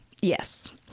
Yes